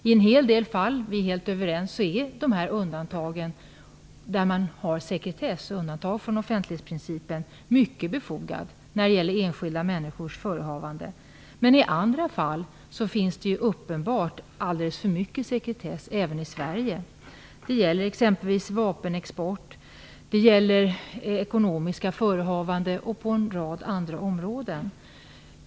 I en hel del fall - det är vi helt överens om - är undantagen från offentlighetsprincipen, där det i stället är sekretess som gäller, mycket befogade när det gäller enskilda människors förehavanden, men i andra fall finns det uppenbart alldeles för mycket av sekretess, även i Sverige. Det gäller vapenexport, det gäller ekonomiska förehavanden och en rad andra områden.